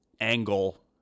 angle